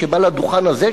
שבא לדוכן הזה,